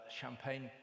champagne